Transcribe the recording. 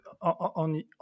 on